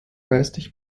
geistig